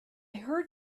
heard